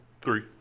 three